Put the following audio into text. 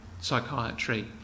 psychiatry